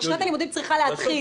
הרי שנת הלימודים צריכה להתחיל.